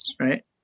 Right